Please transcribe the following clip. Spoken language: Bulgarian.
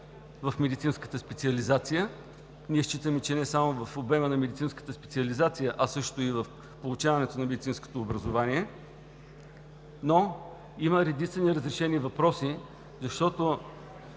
в медицинската специализация, а ние считаме, че не само в обема на медицинската специализация, а също и в получаването на медицинското образование. Има редица неразрешени въпроси, защото